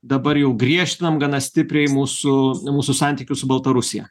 dabar jau griežtam gana stipriai mūsų mūsų santykius su baltarusija